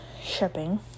shipping